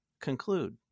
conclude